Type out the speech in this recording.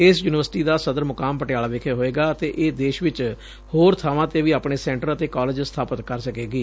ਇਸ ਯੂਨੀਵਰਸਿਟੀ ਦਾ ਸਦਰ ਮੁਕਾਮ ਪਟਿਆਲਾ ਵਿਖੇ ਹੋਵੇਗਾ ਅਤੇ ਇਹ ਦੇਸ਼ ਵਿਚ ਹੋਰ ਥਾਵਾਂ ਤੇ ਵੀ ਆਪਣੇ ਸੈਂਟਰ ਅਤੇ ਕਾਲਜ ਸਥਾਪਤ ਕਰ ਸਕੇਗੀ